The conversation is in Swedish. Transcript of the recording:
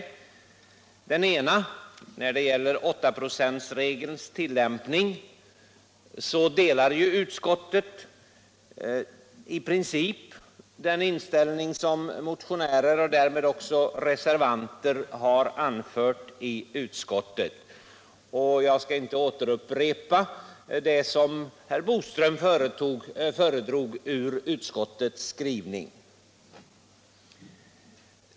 På den ena punkten, som gäller 8-procentsregelns tillämpning, delar utskottet i princip den inställning som motionärer och därmed också reservanter har anfört i utskottet. Jag skall inte nu upprepa det som herr Boström föredrog ur utskottets skrivning.